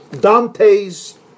Dante's